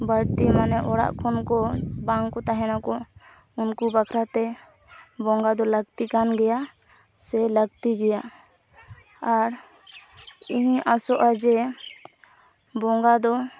ᱵᱟᱹᱲᱛᱤ ᱢᱟᱱᱮ ᱚᱲᱟᱜ ᱠᱷᱚᱱᱠᱚ ᱵᱟᱝᱠᱚ ᱛᱟᱦᱮᱱᱟ ᱠᱚ ᱩᱱᱠᱚ ᱵᱟᱠᱷᱨᱟᱛᱮ ᱵᱚᱸᱜᱟᱫᱚ ᱞᱟᱹᱠᱛᱤ ᱠᱟᱱ ᱜᱮᱭᱟ ᱥᱮ ᱞᱟᱹᱠᱛᱤ ᱜᱮᱭᱟ ᱟᱨ ᱤᱧ ᱟᱥᱚᱼᱟ ᱡᱮ ᱵᱚᱸᱜᱟ ᱫᱚ